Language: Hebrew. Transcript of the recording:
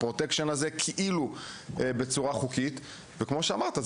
Protection בצורה שהיא כאילו חוקית וכמו שאמרת,